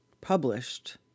published